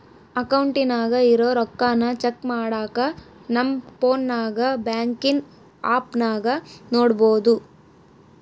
ಅಕೌಂಟಿನಾಗ ಇರೋ ರೊಕ್ಕಾನ ಚೆಕ್ ಮಾಡಾಕ ನಮ್ ಪೋನ್ನಾಗ ಬ್ಯಾಂಕಿನ್ ಆಪ್ನಾಗ ನೋಡ್ಬೋದು